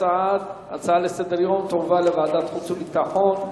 ההצעות לסדר-היום תועברנה לוועדת החוץ והביטחון,